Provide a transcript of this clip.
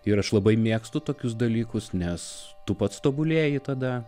ir aš labai mėgstu tokius dalykus nes tu pats tobulėji tada